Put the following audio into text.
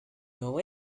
know